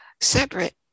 separate